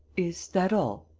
is that all?